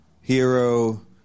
hero